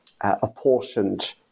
apportioned